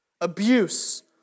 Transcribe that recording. abuse